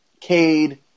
Cade